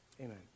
Amen